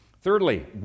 Thirdly